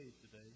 today